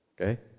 Okay